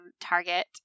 target